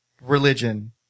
religion